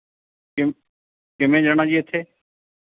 Kim ਕਿਵੇਂ ਜਾਣਾ ਜੀ ਇੱਥੇ